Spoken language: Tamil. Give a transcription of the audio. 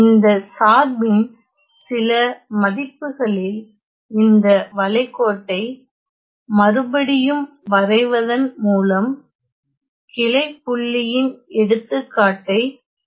இந்த சார்பின் சில மதிப்புகளில் இந்த வளைகோட்டை மறுபடியும் வரைவதன் மூலம் கிளைப்புள்ளியின் எடுத்துக்காட்டை காட்டுகிறேன்